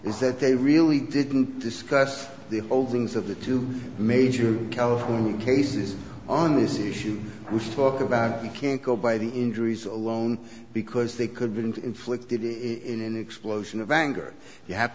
is that they really didn't discuss the holdings of the two major california cases on this issue which talked about you can't go by the injuries alone because they couldn't inflicted it in an explosion of anger you have